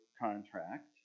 contract